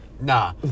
Nah